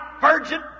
virgin